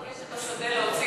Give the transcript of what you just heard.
הוא יכול לגשת לשדה להוציא?